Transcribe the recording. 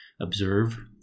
Observe